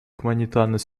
гуманитарной